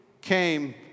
came